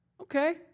Okay